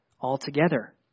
altogether